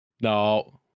no